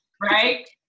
Right